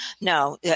No